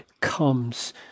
comes